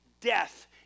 death